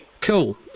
Cool